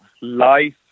life